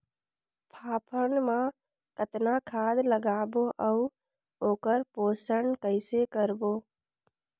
फाफण मा कतना खाद लगाबो अउ ओकर पोषण कइसे करबो?